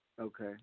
Okay